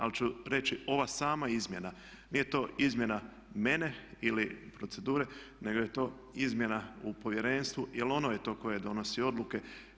Ali ću reći ova sama izmjena, nije to izmjena mene ili procedure nego je to izmjena u povjerenstvu jer ono je to koje donosi odluke.